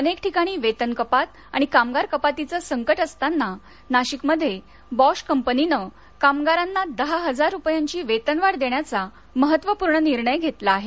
अनेक ठिकाणी वेतन कपात आणि कामगार कपातीचे सकट असताना नाशिकमध्ये बॉश कपनीने कामगारांना दहा हजार रूपयांची वेतनवाढ देण्याचा महत्वपूर्ण निर्णय घेतला आहे